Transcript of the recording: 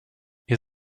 ihr